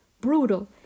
brutal